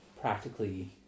practically